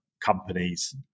companies